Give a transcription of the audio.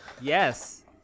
yes